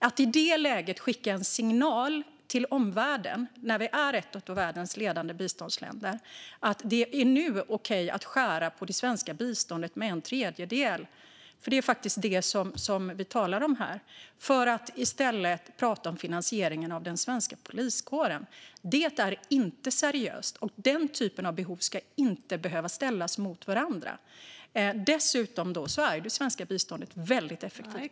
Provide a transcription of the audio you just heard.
Att i detta läge och som ett av världens ledande biståndsländer skicka en signal att det är okej att skära ned det svenska biståndet med en tredjedel, vilket är det vi talar om, till förmån för finansieringen av den svenska poliskåren är inte seriöst. Dessa behov ska inte behöva ställas mot varandra. Dessutom är det svenska biståndet väldigt effektivt.